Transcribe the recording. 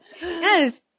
yes